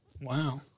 Wow